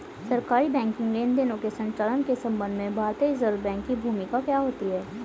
सरकारी बैंकिंग लेनदेनों के संचालन के संबंध में भारतीय रिज़र्व बैंक की भूमिका क्या होती है?